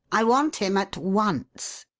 i want him at once!